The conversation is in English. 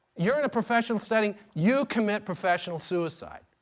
you're in a professional setting, you commit professional suicide.